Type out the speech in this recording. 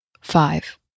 five